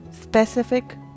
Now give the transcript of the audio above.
specific